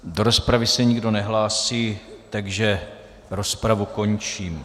Do rozpravy se nikdo nehlásí, takže rozpravu končím.